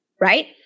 right